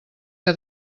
que